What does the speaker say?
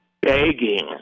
begging